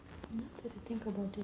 now that I think about it